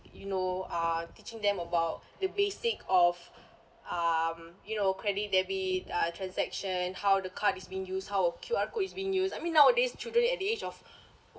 you know uh teaching them about the basic of um you know credit debit uh transaction how the card is being used how Q_R code is being used I mean nowadays children at the age of